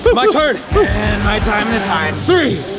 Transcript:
but my turn. and my time to time. three,